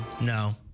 No